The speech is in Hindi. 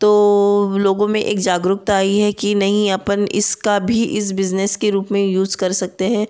तो लोगों में एक जागरूकता आई है कि नहीं अपन इसका भी इसका भी इस बिज़नेस के रूप में यूज़ कर सकते हैं